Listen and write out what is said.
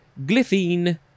glyphine